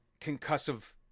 concussive